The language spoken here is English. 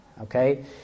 Okay